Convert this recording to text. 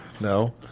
No